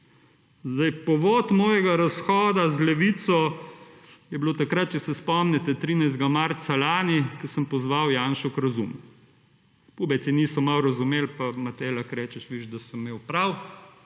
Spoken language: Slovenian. Zdaj povod mojega razhoda z Levico je bilo takrat, če se spomnite 13. marca lani, ko sem pozval Janšo k razumu. Pubeci niso malo razumeli, pa Matej lahko rečeš, veš da sem imel prav,